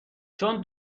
چون